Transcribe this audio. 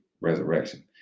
Resurrection